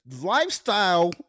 lifestyle